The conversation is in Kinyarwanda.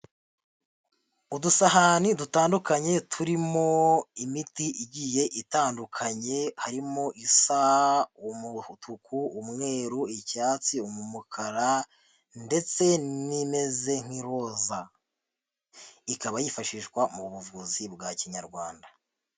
Udusahani dutandukanye, turimo imiti igiye itandukanye, harimo isa umutuku, umweru, icyatsi, umukara, ndetse n'imeze nk'iroza. Ikaba yifashishwa mu buvuzi bwa kinyarwanda.